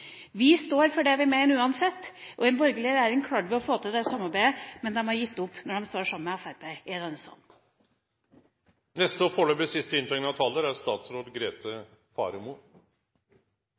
Vi står for det vi mener – uansett. I en borgerlig regjering klarte vi å få til det samarbeidet, men de har gitt opp når de står sammen med Fremskrittspartiet i denne salen. Forslagsstillerne fra Venstre og